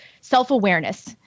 self-awareness